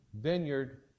vineyard